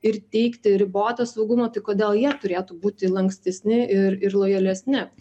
ir teikti ribotą saugumą tai kodėl jie turėtų būti lankstesni ir ir lojalesni